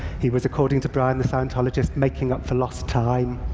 he was, according to brian the scientologist, making up for lost time,